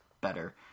better